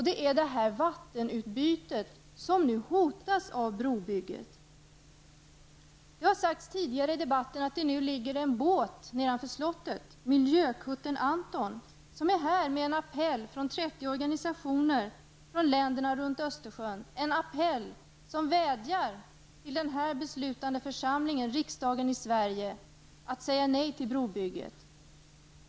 Det är detta vattenutbyte som nu hotas av brobygget. Det har tidigare i debatten talats om att det ligger en båt nedanför slottet, miljökuttern Anton, som är här med en appell från 30 organisationer i länderna runt Östersjön. Appellen vädjar till denna beslutande församling, Sveriges riksdag, att säga nej till brobygget.